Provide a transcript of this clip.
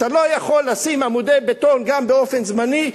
אתה לא יכול לשים עמודי בטון גם באופן זמני,